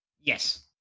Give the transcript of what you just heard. Yes